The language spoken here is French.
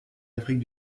afrique